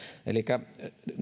elikkä